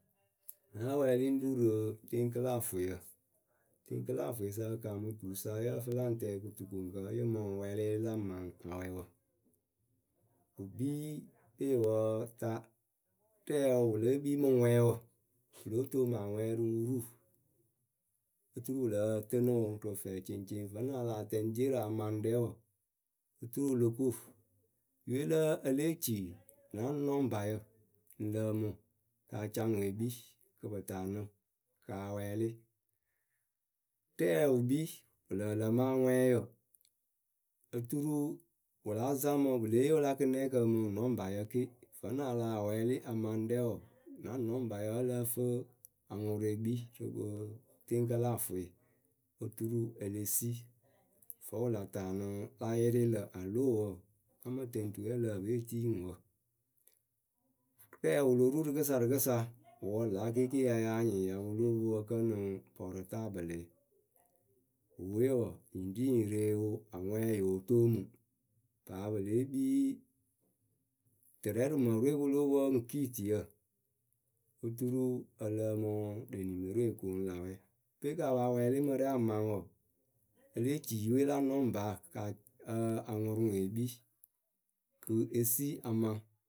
Náa wɛɛlɩ ŋ́ ru rɨ teŋkɨlaafʊyǝ, teŋkɨlaafʊyǝ sa ŋ kamɨ tuusa yǝ́ǝ fɨ la ŋ tɛɛ rɨ kɨtukoŋkɨ yɨ ŋ mɨ wɛɛlɨ la maŋ awɛ wǝ wǝ kpii kpeewǝǝ ta Rɛɛwǝ wɨ lée kpii mɨ ŋʊɛwǝ, pɨ lóo toomu aŋʊɛyǝ rɨ wuru oturu pɨ lǝ tɨnɨ wɨ rɨ fɛɛceŋceŋ vǝ́nɨŋ a lah tɛŋ dierǝ a maŋ rɛ wǝ, oturu o lo ko, yɨwe lǝ́ǝ, e lée ci na nɔŋbayǝ ŋ lǝǝmɨ Kɨ a ca ŋwɨ e kpii kɨ pɨ taanɨ ka awɛɛlɩ. Rɛɛ wɨ kpii, wɨ lǝǝ lǝmɨ aŋwɛɛyǝ.,Ǝ turuu wɨ láa zaŋ mɨ, pɨ lée yee wɨla kɨnɨnɛkǝ mɨ nɔŋbayǝ ke, vǝ́nɨ a lah wɛɛlɩ a maŋ rɛ wɔɔ, na nɔŋbayǝ ǝǝ lǝ́ǝ fɨ, aŋʊrʊ ekpii rɨ rɨ teŋkɨlaafʊɩ Oturu e le si, vǝ́ wɨ la taanɨ, la yɩrɩ lǝ̈ alo wɔɔ áa mɨ tɛŋ tuwe ǝ lǝ́ǝ pɨ e tii ŋwɨ wǝ Rɛɛwǝ wɨ lo ru rɨkɨsa rɨkɨsa, ŋ wɨ wǝ́ lǎ kɩɩkɩ ya yáa nyɩŋ ya pɨ lóo pwo ǝkǝnɨŋ pɔrɨtabɨlɨɩ.,Ŋ wɨ we wɔɔ, nyi ŋ ri nyi re wɨ, aŋwɛɛ yoo toomu. Paa pɨ lée kpii tɨrɛ rɨ mǝrɨ we pɨ lóo pwo ŋ kiitiyǝ Oturu ǝ lǝǝmɨ lë nimeroo koonu lä wɛ, pe kɨ a pa wɛɛlɩ mɨ rɛ a maŋ wɔɔ. e lée ci yɨwe la nɔŋbaa kɨ a ǝǝ a ŋʊrʊ ŋwɨ e kpii Kɨ esi a maŋ.